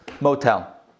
motel